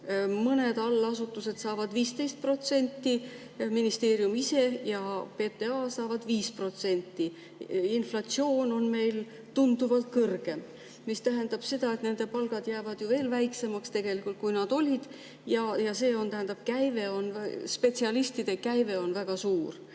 mõned allasutused saavad juurde 15%, ministeerium ise ja PTA saavad 5%. Inflatsioon on meil tunduvalt kõrgem, mis tähendab seda, et nende palgad jäävad ju veel väiksemaks, kui need olid. Ja see tähendab seda, et spetsialistide voolavus on väga suur.